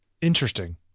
Interesting